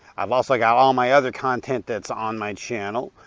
i've also got all my other content that's on my channel.